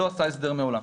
לא עשה הסדר מעולם.